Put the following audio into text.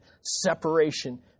separation